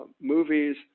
movies